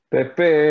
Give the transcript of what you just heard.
Pepe